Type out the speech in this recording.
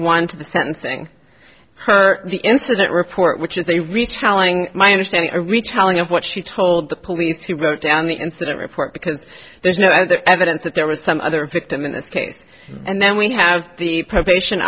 one to the sentencing her the incident report which is a reach telling my understanding a retelling of what she told the police who wrote down the incident report because there's no other evidence that there was some other victim in this case and then we have the p